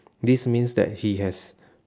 this means that he has